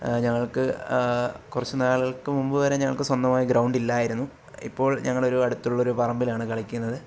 ഞങ്ങൾക്ക് കുറച്ച് നാളുകൾക്ക് മുമ്പ് വരെ ഞങ്ങൾക്ക് സ്വന്തമായി ഗ്രൗണ്ടില്ലായിരുന്നു ഇപ്പോൾ ഞങ്ങളൊരു അടുത്തുള്ളൊരു പറമ്പിലാണ് കളിക്കുന്നത്